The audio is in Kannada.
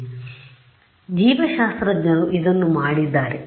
ಆದ್ದರಿಂದ ಜೀವಸ್ತ್ರಜ್ಞರು ಇದನ್ನು ಮಾಡಿದ್ದಾರೆ